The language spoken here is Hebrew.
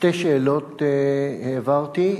שתי שאלות העברתי.